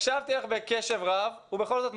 הקשבתי לך בקשב רב ובכל זאת,